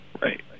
Right